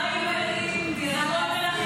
מה עם, מה עם עזר מציון?